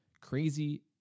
crazy